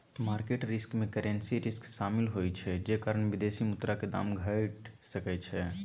market risk में currency risk शामिल होइ छइ जे कारण विदेशी मुद्रा के दाम घइट सकइ छइ